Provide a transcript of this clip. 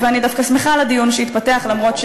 ואני דווקא שמחה על הדיון שהתפתח, נכון.